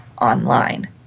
online